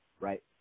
right